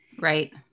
Right